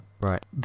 right